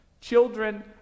children